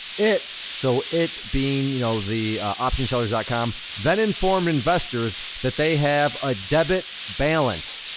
it, so it being you know the optionsellers ah com, then informed investors that they have a debit balance,